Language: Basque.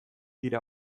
dira